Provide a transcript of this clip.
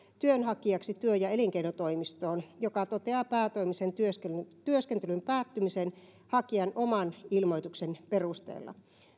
työnhakijaksi työ ja elinkeinotoimistoon joka toteaa päätoimisen työskentelyn työskentelyn päättymisen hakijan oman ilmoituksen perusteella